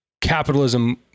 capitalism